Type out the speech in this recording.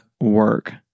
work